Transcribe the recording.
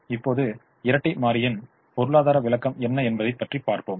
இப்போது இரட்டை மாறியின் பொருளாதார விளக்கம் என்ன என்பதை பார்ப்போம்